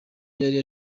yari